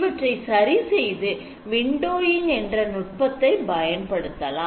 இவற்றை சரி செய்ய windowing என்ற நுட்பத்தை பயன்படுத்தலாம்